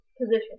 position